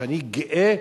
אני גאה